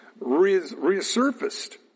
resurfaced